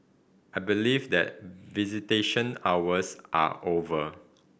I believe that visitation hours are over